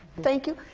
thank you.